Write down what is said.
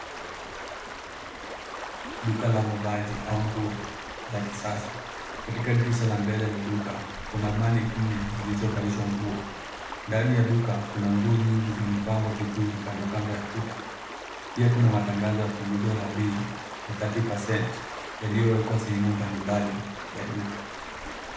Duka la mavasi au nguo za kisasa katika dirisha la mbele la duka kuna manequin nne zilizovalishwa nguo. Ndani wa duka kuna nguo nyingi zimepangwa vizuri kando kando ya ukuta pia kuna matangazo wa punguzo la pei ya thirty percent yaliowekwa sehemu mbali mbali ya duka.